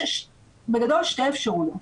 יש בגדול שתי אפשרויות.